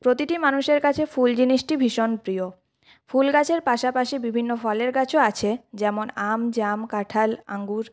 প্রতিটি মানুষের কাছে ফুল জিনিসটি ভীষণ প্রিয় ফুল গাছের পাশাপাশি বিভিন্ন ফলের গাছও আছে যেমন আম জাম কাঁঠাল আঙ্গুর